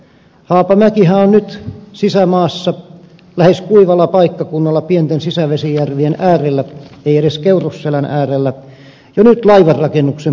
haapamäkihän on nyt sisämaassa lähes kuivalla paikkakunnalla pienten sisävesijärvien äärellä ei edes keurusselän äärellä jo nyt laivanrakennuksen paikkakunta